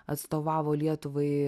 atstovavo lietuvai